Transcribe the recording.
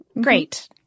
great